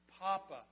Papa